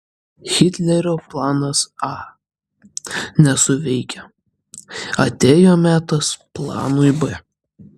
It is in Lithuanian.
hitlerio planas a nesuveikė atėjo metas planui b